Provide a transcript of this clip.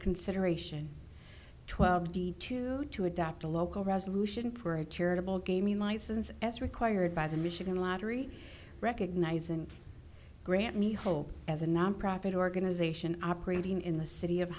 consideration twelve d two to adopt a local resolution for a charitable gaming license as required by the michigan lottery recognize and grant me hope as a nonprofit organization operating in the city of